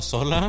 Sola